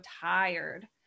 tired